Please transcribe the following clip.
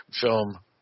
film